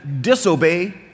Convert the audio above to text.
disobey